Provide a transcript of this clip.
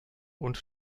und